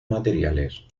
materiales